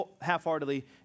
half-heartedly